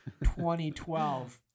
2012